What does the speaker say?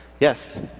Yes